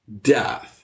death